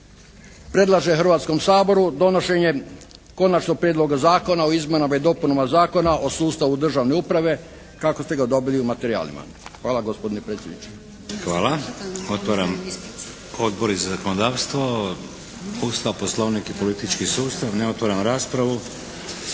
predlaže Hrvatskom saboru donošenje Konačnog prijedloga zakona o izmjenama i dopunama Zakona o sustavu državne uprave kako ste ga dobili u materijalima. Hvala gospodine predsjedniče. **Šeks, Vladimir (HDZ)** Hvala, otvaram, odbori za zakonodavstvo, Ustav, Poslovnik i politički sustav. Otvaram raspravu.